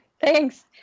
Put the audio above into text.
Thanks